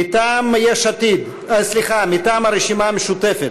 מטעם הרשימה המשותפת: